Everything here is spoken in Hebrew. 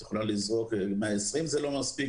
את יכולה לומר ש-120 זה לא מספר מספיק,